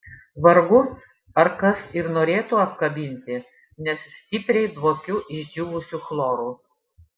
vargu ar kas ir norėtų apkabinti nes stipriai dvokiu išdžiūvusiu chloru